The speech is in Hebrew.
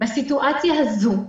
בסיטואציה הזו,